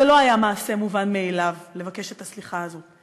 זה לא היה מעשה מובן מאליו לבקש את הסליחה הזאת.